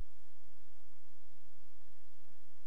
קבר